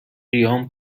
قیام